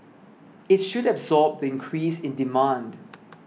it should absorb the increase in demand